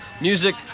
Music